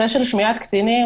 לגבי הנושא של שמיעת קטינים,